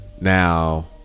Now